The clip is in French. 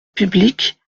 public